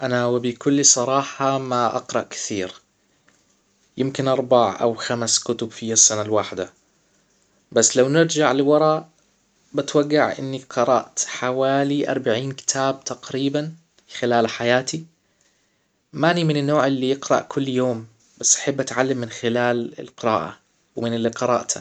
انا وبكل صراحة ما اقرأ كثير يمكن اربع او خمس كتب في السنة الواحدة بس لو نرجع لورا بتوجع اني قرأت حوالي اربعين كتاب تقريبا خلال حياتي ماني من النوع اللي يقرأ كل يوم بس أحب اتعلم من خلال القراءة ومن اللي قرأتها